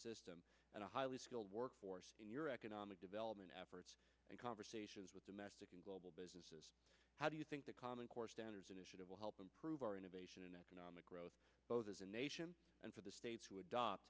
system and a highly skilled workforce in your economic development efforts in conversations with domestic and global businesses how do you think the common core standards initiative will help improve our innovation and economic growth both as a nation and for the states to adopt